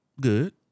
good